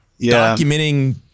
documenting